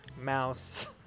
mouse